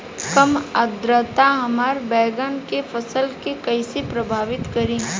कम आद्रता हमार बैगन के फसल के कइसे प्रभावित करी?